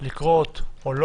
לקרות או לא?